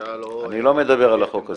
והממשלה לא --- אני לא מדבר על החוק הזה.